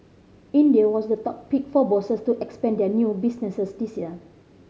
India was the top pick for bosses to expand their new businesses this year